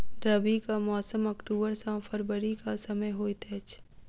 रबीक मौसम अक्टूबर सँ फरबरी क समय होइत अछि